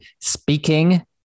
speaking